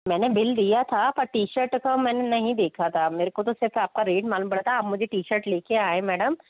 मैंने बिल दिया था पर टी शर्ट का मैंने नहीं देखा था मेरे को तो सिर्फ़ आपका रेट मालूम पड़ा था आप मुझे टी शर्ट लेकर आए मैडम